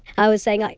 i was saying like,